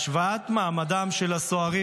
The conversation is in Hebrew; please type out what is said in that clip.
השוואת מעמדם של סוהרים,